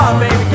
baby